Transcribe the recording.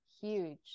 huge